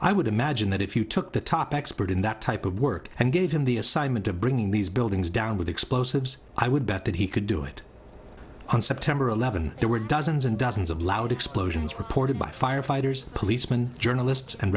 i would imagine that if you took the top expert in that type of work and gave him the assignment of bringing these buildings down with explosives i would bet that he could do it on september eleventh there were dozens and dozens of loud explosions reported by firefighters policemen journalists and